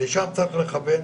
לשם צריך לכוון.